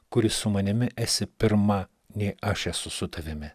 kuris su manimi esi pirma nei aš esu su tavimi